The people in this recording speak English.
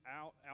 out